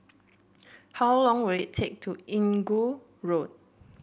how long will it take to Inggu Road